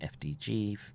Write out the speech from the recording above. FDG